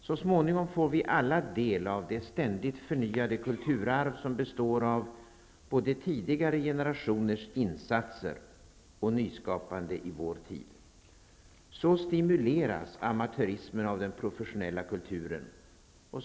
Så småningom får vi alla del av det ständigt förnyade kulturarv som består av både tidigare generationers insatser och nyskapande i vår tid. Så stimuleras amatörismen av den professionella kulturen.